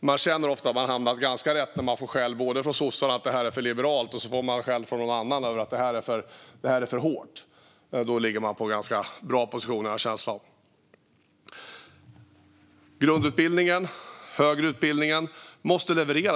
Man känner dock ofta att man har hamnat ganska rätt när man både får skäll från sossarna för att det är för liberalt och får skäll från någon annan för att det är för hårt - då ligger man i en ganska bra position, har jag en känsla av. Grundutbildningen och den högre utbildningen måste leverera.